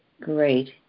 great